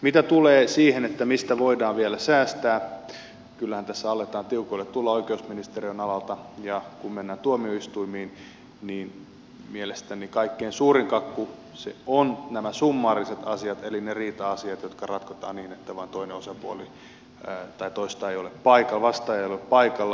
mitä tulee siihen mistä voidaan vielä säästää kyllähän tässä aletaan tiukoille tulla oikeusministeriön alalta ja kun mennään tuomioistuimiin niin mielestäni kaikkein suurin kakku ovat nämä summaariset asiat eli ne riita asiat jotka ratkotaan niin että toista osapuolta ei ole paikalla vastaaja ei ole paikalla